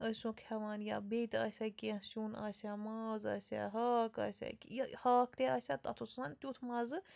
ٲسۍ سُہ کھٮ۪وان یا بیٚیہِ تہِ آسہِ ہا کیٚنہہ سیُن آسہِ ہا ماز آسہِ ہا ہاکھ آسیا کہ یہِ ہاکھ تہِ آسہا تَتھ اوس آسان تیُتھ مَزٕ